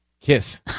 Kiss